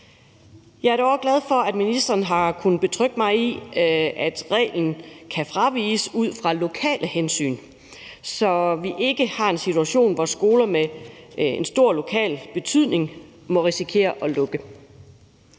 Jeg er dog også glad for, at ministeren har kunnet betrygge mig i, at reglen kan fraviges ud fra lokale hensyn, så vi ikke har en situation, hvor skoler med en stor lokal betydning må risikere at lukke.